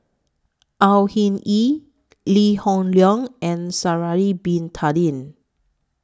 Au Hing Yee Lee Hoon Leong and Sha'Ari Bin Tadin